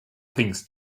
things